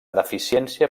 deficiència